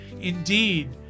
Indeed